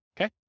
okay